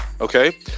okay